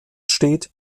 steht